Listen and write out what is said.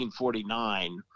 1949